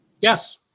Yes